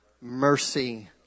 mercy